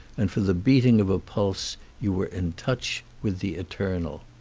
and for the beating of a pulse you were in touch with the eternal.